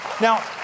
Now